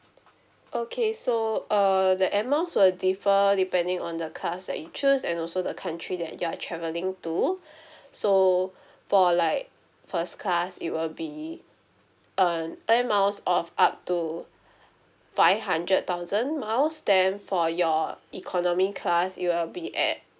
okay so uh the air miles will differ depending on the cards that you choose and also the country that you are travelling to so for like first class it will be um air miles of up to five hundred thousand miles then for your economy class it will be at